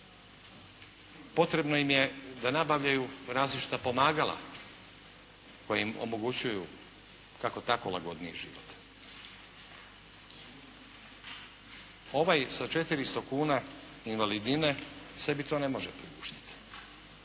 Potrebno im je da nabavljaju različita pomagala koja im omogućuju kako tako lagodniji život. Ovaj sa 400 kuna invalidnine sebi to ne može priuštiti